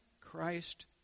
Christ